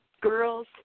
girls